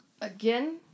Again